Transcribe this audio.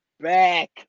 Back